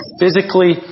physically